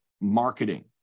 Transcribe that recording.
marketing